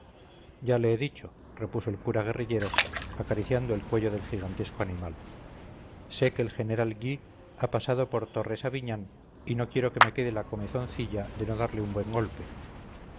ya lo he dicho repuso el cura guerrillero acariciando el cuello del gigantesco animal sé que el general gui ha pasado por torre sabiñán y no quiero que me quede la comezoncilla de no darle un buen golpe